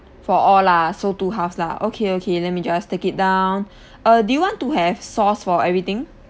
for all lah so two halves lah okay okay let me just take it down uh do you want to have sauce for everything